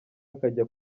akajya